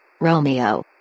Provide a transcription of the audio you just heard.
Romeo